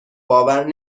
باور